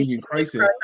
crisis